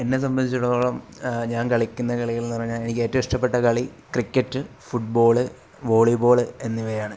എന്നെ സംബന്ധിച്ചിടത്തോളം ഞാൻ കളിക്കുന്ന കളികളെന്ന് പറഞ്ഞാൽ എനിക്കേറ്റവുമിഷ്ടപ്പെട്ട കളി ക്രിക്കറ്റ് ഫുട്ബോള് വോളിബോള് എന്നിവയാണ്